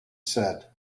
said